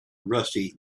rusty